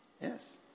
Yes